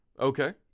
Okay